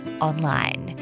online